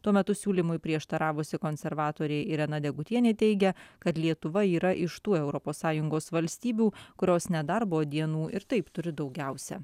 tuo metu siūlymui prieštaravusi konservatorė irena degutienė teigia kad lietuva yra iš tų europos sąjungos valstybių kurios nedarbo dienų ir taip turi daugiausia